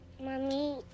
Mommy